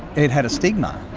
it had a stigma.